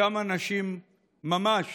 אותם אנשים ממש